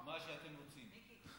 מה שאתם רוצים.